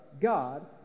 God